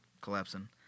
collapsing